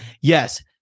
yes